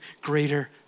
greater